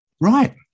Right